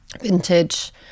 vintage